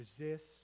Resist